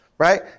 Right